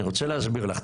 אני רוצה להסביר לך,